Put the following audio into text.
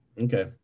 Okay